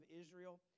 Israel